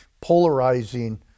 polarizing